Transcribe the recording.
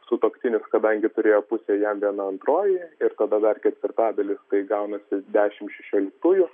sutuoktinis kada turėjo pusę jam viena antroji ir tada dar ketvirtadalis kai gaunasi dešimt šešioliktųjų